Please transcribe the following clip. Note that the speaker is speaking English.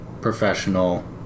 professional